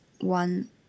one